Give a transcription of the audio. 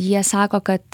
jie sako kad